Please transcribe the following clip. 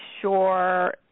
sure